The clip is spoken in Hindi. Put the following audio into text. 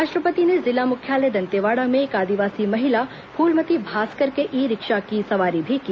राष्ट्रपति ने जिला मुख्यालय दंतेवाड़ा में एक आदिवासी महिला फूलमती भास्कर के ई रिक्शा की सवारी भी की